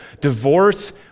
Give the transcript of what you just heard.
Divorce